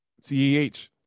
CEH